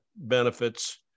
benefits